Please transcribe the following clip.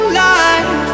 life